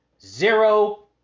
Zero